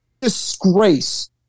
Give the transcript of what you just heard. disgrace